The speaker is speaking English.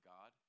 God